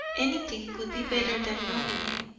anything would be better than knowing it.